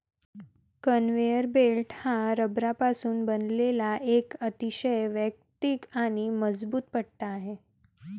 conveyor belt हा रबरापासून बनवलेला एक अतिशय वैयक्तिक आणि मजबूत पट्टा आहे